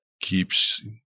keeps